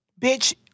Bitch